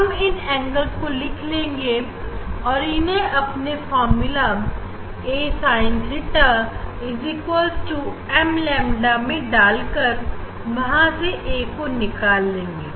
हम इन एंगल को लिख लेंगे और इन्हें अपने formula a sin theta equal to m lambda मैं डाल कर वहां से a को निकाल लेंगे